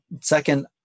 Second